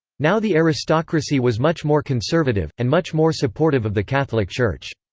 now the aristocracy was much more conservative, and much more supportive of the catholic church.